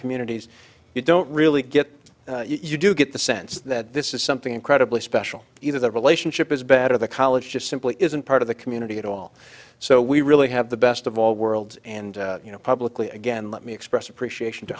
communities you don't really get you do get the sense that this is something incredibly special either the relationship is bad or the college just simply isn't part of the community at all so we really have the best of all worlds and you know publicly again let me express appreciation to